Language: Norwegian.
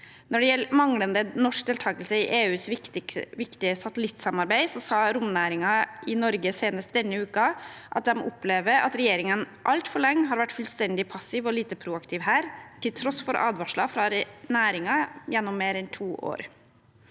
Når det gjelder manglende norsk deltakelse i EUs viktige satellittsamarbeid, sa romnæringen i Norge senest denne uken at de opplever at regjeringen «altfor lenge har vært fullstendig passive og lite proaktive her – til tross for advarsler fra næringen gjennom mer enn to år.»